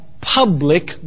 public